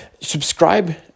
Subscribe